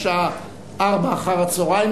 היו שתי הצעות לסדר-היום.